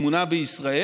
התמונה בישראל,